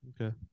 Okay